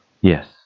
Yes